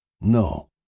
No